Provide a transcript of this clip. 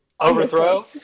Overthrow